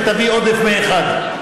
ותביא עודף מ-1.